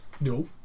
no